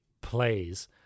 plays